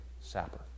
sapper